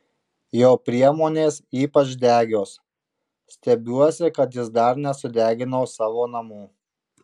jo priemonės ypač degios stebiuosi kad jis dar nesudegino savo namų